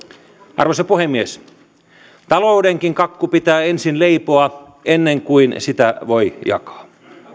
arvoisa puhemies taloudenkin kakku pitää ensin leipoa ennen kuin sitä voi jakaa